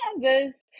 Kansas